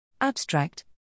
Abstract